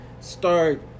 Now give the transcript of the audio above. start